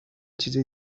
چیز